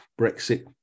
Brexit